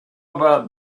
about